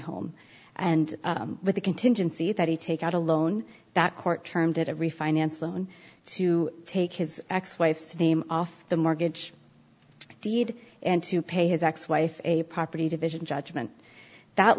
home and with the contingency that he take out a loan that court termed it a refinance loan to take his ex wife's name off the mortgage deed and to pay his ex wife a property division judgment that